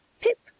pip